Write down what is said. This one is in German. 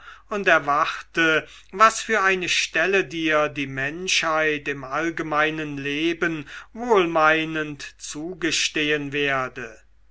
und erwarte was für eine stelle dir die menschheit im allgemeinen leben wohlmeinend zugestehen werde